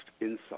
insult